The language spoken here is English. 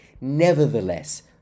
nevertheless